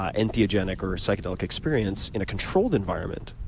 ah entheogenic or psychedelic experience in a controlled environment,